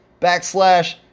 backslash